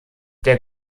der